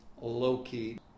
low-key